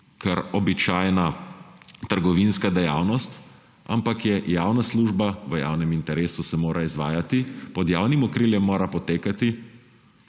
kar običajna trgovinska dejavnost, ampak je javna služba, v javnem interesu se mora izvajati, pod javnim okriljem mora potekati